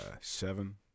Seven